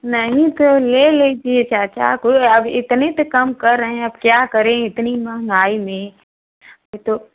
नहीं तो ले लीजिए चाचा कोई अब इतनी तो कम कर रहें है अब क्या करे इतनी महंगाई में तो